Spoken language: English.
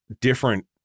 different